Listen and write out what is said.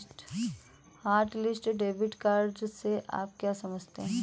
Hotlist debit card से आप क्या समझते हैं?